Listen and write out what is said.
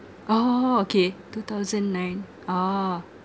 oh okay two thousand nine oh